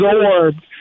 absorbed